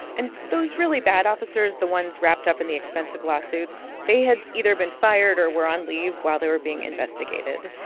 and those really bad officers officers the ones wrapped up in the expensive lawsuits they had either been fired or were on leave while they were being investigated.